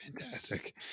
Fantastic